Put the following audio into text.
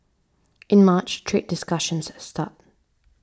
in March trade discussions start